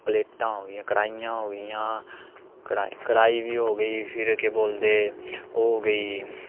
प्लेटां हो गेइयां कड़ाहइयां हो गेइयां कड़ाही कड़ाही बी हो गेई फिर केह् बोलदे ओह् हो गेई